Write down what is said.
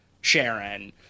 Sharon